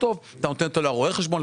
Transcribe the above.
אתה נותן אותו לרואה החשבון,